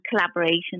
Collaboration